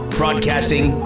broadcasting